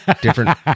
different